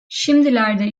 şimdilerde